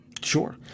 Sure